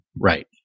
Right